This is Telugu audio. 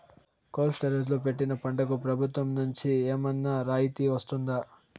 కోల్డ్ స్టోరేజ్ లో పెట్టిన పంటకు ప్రభుత్వం నుంచి ఏమన్నా రాయితీ వస్తుందా?